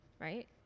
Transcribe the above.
right